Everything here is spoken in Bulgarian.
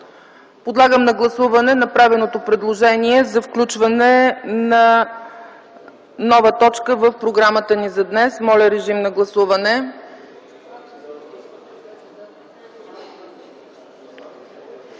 Подлагам на гласуване направеното предложение за включване на нова точка в програмата ни за днес. Гласували